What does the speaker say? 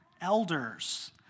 elders